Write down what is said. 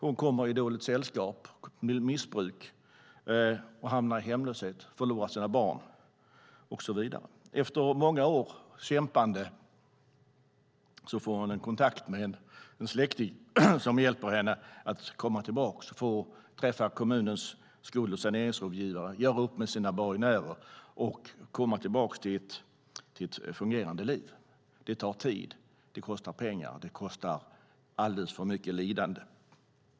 Hon kommer i dåligt sällskap med missbruk, hamnar i hemlöshet och förlorar sina barn, och så vidare. Efter många års kämpande får Lena kontakt med en släkting som hjälper henne att träffa kommunens budget och skuldrådgivare, göra upp med sina borgenärer och komma tillbaka till ett fungerande liv. Det tar tid, kostar pengar och alldeles för mycket lidande.